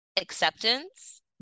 acceptance